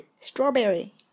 Strawberry